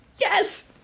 Yes